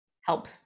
help